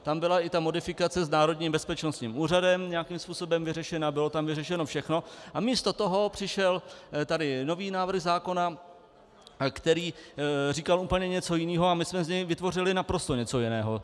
Tam byla i modifikace s Národním bezpečnostním úřadem nějakým způsobem vyřešena, bylo tam vyřešeno všechno a místo toho přišel nový návrh zákona, který říkal úplně něco jiného, a my jsme z něj vytvořili naprosto něco jiného.